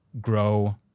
grow